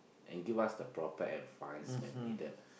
and give us the proper advise when needed